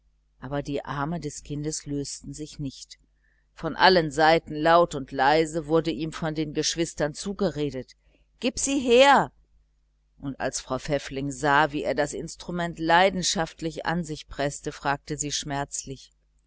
aber die arme des kindes lösten sich nicht von allen seiten laut und leise wurde ihm von den geschwistern zugeredet gib sie her und als frau pfäffling sah wie er das instrument leidenschaftlich an sich preßte fragte sie schmerzlich